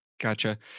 Gotcha